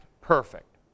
perfect